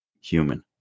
human